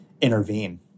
intervene